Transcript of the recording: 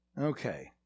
Okay